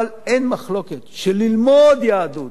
אבל אין מחלוקת שללמוד יהדות,